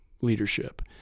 leadership